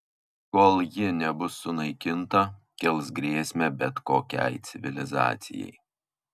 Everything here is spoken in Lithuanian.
kol ji nebus sunaikinta kels grėsmę bet kokiai civilizacijai